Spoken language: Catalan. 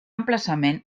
emplaçament